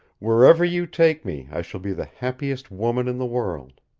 where-ever you take me i shall be the happiest woman in the world.